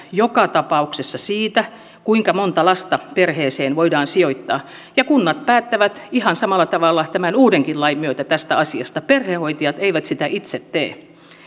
joka tapauksessa siitä kuinka monta lasta perheeseen voidaan sijoittaa ja kunnat päättävät ihan samalla tavalla tämän uudenkin lain myötä tästä asiasta perhehoitajat eivät sitä itse tee